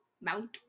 mount